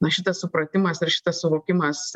na šitas supratimas ir šitas suvokimas